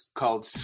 called